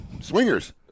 swingers